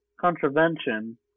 Contravention